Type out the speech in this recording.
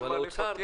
אבל האוצר?